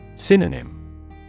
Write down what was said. Synonym